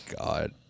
god